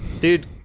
Dude